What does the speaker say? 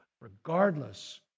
regardless